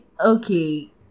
Okay